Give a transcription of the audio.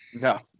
No